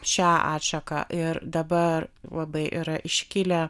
šią atšaką ir dabar labai yra iškilę